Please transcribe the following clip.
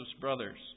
brothers